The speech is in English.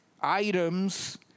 items